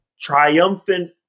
triumphant